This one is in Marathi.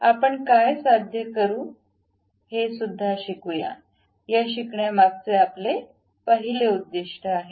आपण काय साध्य करू शकू हे या शिकण्या मागचे पहिले उद्दिष्ट आहे